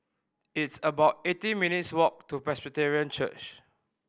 it's about eighteen minutes' walk to Presbyterian Church